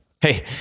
Hey